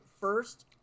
first